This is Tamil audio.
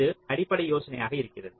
இது அடிப்படை யோசனையாக இருக்கிறது